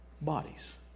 bodies